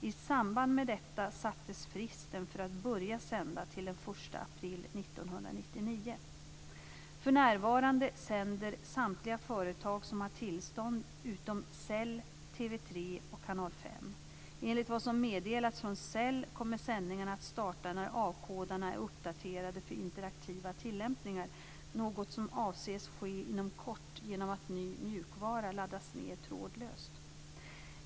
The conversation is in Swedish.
I samband med det sattes fristen för att börja sända till den 1 april 1999. För närvarande sänder samtliga företag som har tillstånd utom Cell, Cell kommer sändningarna att starta när avkodarna är uppdaterade för interaktiva tillämpningar, något som avses ske inom kort genom att ny mjukvara laddas ned trådlöst.